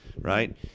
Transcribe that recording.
Right